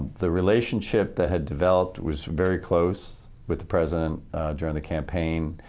the relationship that had developed was very close with the president during the campaign,